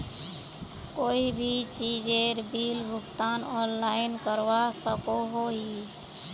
कोई भी चीजेर बिल भुगतान ऑनलाइन करवा सकोहो ही?